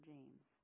James